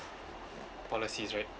policies right